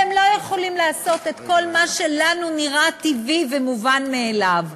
והם לא יכולים לעשות את כל מה שלנו נראה טבעי ומובן מאליו.